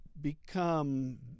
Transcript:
become